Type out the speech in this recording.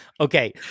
Okay